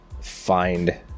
find